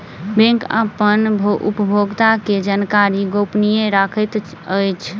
bank अपन उपभोगता के जानकारी गोपनीय रखैत अछि